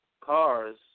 cars